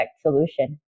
solution